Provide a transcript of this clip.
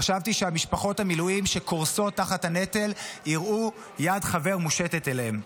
חשבתי שמשפחות המילואים שקורסות תחת הנטל יראו יד חבר מושטת אליהן.